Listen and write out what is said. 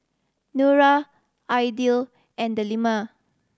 Nura Aidil and Delima